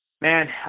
Man